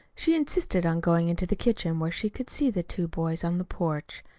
she insisted on going into the kitchen where she could see the two boys on the porch.